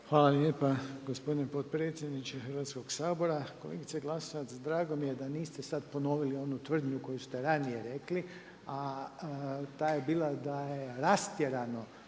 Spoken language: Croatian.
Hvala lijepa gospodine potpredsjedniče Hrvatskog sabora. Kolegice Glasovac, drago mi je da niste sad ponovili onu tvrdnju koju ste ranije rekli, a ta je bila da je rastjerano